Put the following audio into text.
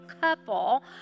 couple